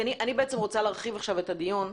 אני רוצה להרחיב עכשיו את הדיון,